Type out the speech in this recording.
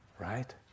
right